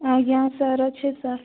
ଆଜ୍ଞା ସାର୍ ଅଛି ସାର୍